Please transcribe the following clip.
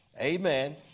Amen